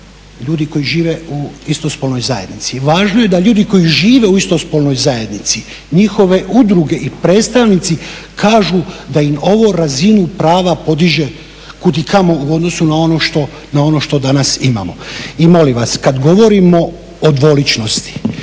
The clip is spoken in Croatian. ljudi koji žive u istospolnoj zajednici, važno je da ljudi koji žive u istospolnoj zajednici, njihove udruge i predstavnici kažu da im ovo razinu prava podiže kudikamo u odnosu na ono što danas imamo. I molim vas, kad govorimo o dvoličnosti